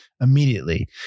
immediately